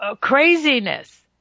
craziness